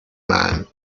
man